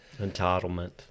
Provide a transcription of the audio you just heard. Entitlement